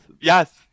yes